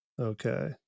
Okay